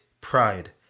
pride